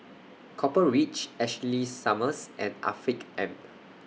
Copper Ridge Ashley Summers and Afiq M